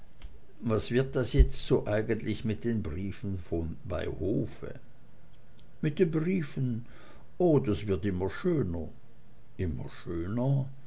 was wird das jetzt so eigentlich mit den briefen bei hofe mit den briefen oh das wird immer schöner immer schöner